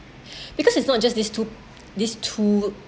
because it's not just these two these two